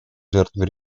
жертвой